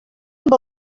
amb